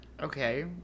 Okay